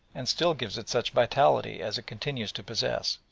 and still gives it such vitality as it continues to possess.